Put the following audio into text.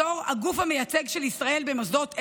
בתור הגוף המייצג של ישראל במוסדות אלו,